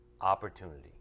opportunity